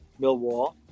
Millwall